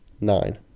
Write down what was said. nine